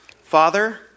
Father